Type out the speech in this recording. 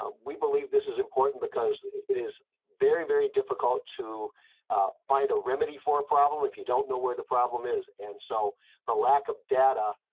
um we believe this is important because it is very very difficult to find a remedy for a problem if you don't know where the problem is and so the lack of data.